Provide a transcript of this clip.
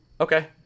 Okay